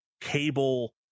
cable